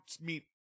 meet